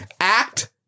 Act